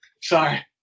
sorry